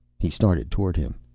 he started toward him.